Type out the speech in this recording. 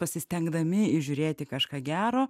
pasistengdami įžiūrėti kažką gero